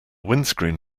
windscreen